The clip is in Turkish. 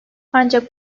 ancak